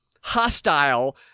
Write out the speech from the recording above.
hostile